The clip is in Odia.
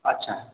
ଆଚ୍ଛା